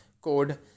code